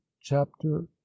chapter